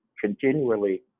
continually